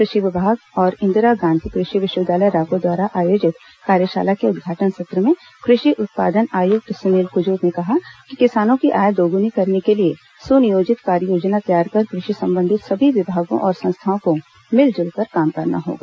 कृषि विभाग और इंदिरा गांधी कृषि विश्वविद्यालय रायपुर द्वारा आयोजित कार्यशाला के उदघाटन सत्र में कृषि उत्पादन आयक्त सुनील कज़ुर ने कहा कि किसानों की आय दोग्नी करने के लिए सुनियोजित कार्ययोजना तैयार कर कृषि संबंधित सभी विभागों और संस्थाओं को मिल जूल कर काम करना होगा